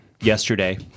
Yesterday